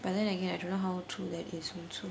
but then again I don't know how true that is also